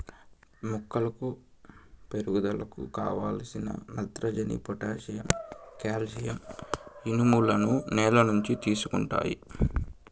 మొక్కల పెరుగుదలకు కావలసిన నత్రజని, పొటాషియం, కాల్షియం, ఇనుములను నేల నుంచి తీసుకుంటాయి